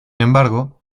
embargo